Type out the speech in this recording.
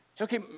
Okay